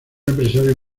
empresario